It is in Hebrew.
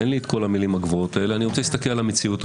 אין לי כל המילים הגבוהות האלה אני רוצה להסתכל רגע על המציאות.